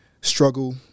struggle